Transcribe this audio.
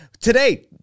today